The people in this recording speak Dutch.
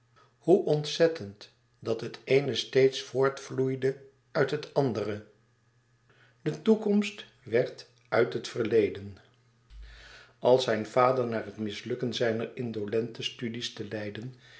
hoe ontzettend dat het eene steeds voortvloeide uit het andere de toekomst werd uit het verleden als zijn vader na het mislukken zijner indolente studies te leiden